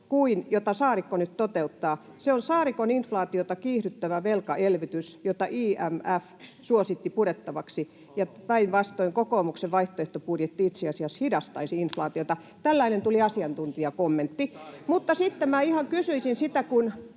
jota Saarikko nyt toteuttaa. Se on Saarikon inf-laatiota kiihdyttävä velkaelvytys, jota IMF suositti purettavaksi, ja päinvastoin kokoomuksen vaihtoehtobudjetti itse asiassa hidastaisi inflaatiota. Tällainen asiantuntijakommentti tuli. [Timo Heinosen välihuuto